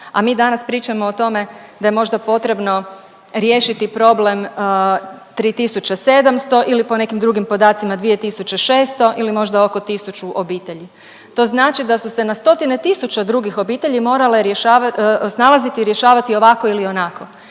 a mi danas pričamo o tome da je možda potrebno riješiti problem 3.700 ili po nekim drugim podacima 2.600 ili možda oko tisuću obitelji. To znači da su se na stotine tisuća drugih obitelji morale rješava… snalaziti i rješavati ovako ili onako